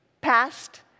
past